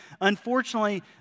unfortunately